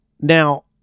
Now